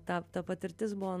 ta ta patirtis buvo